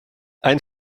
ein